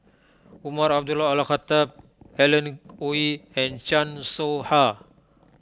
Umar Abdullah Al Khatib Alan Oei and Chan Soh Ha